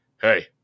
Hey